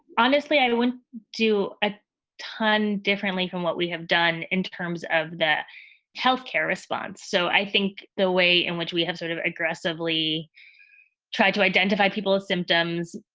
honestly, i would do a ton differently from what we have done in terms of the health care response. so i think the way in which we have sort of aggressively tried to identify people as symptoms,